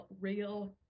real